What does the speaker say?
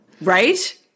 Right